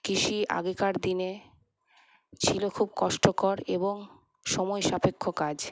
কৃষি আগেকার দিনে ছিল খুব কষ্টকর এবং সময় সাপেক্ষ কাজ